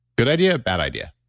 good idea. bad idea?